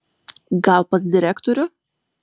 gal pas direktorių